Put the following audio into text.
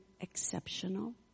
exceptional